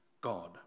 God